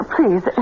Please